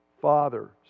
Father